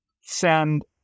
send